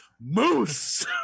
Moose